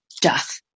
doth